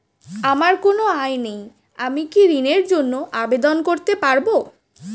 আমার কোনো আয় নেই আমি কি ঋণের জন্য আবেদন করতে পারব?